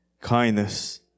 kindness